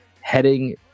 heading